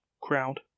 crowd